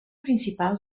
principal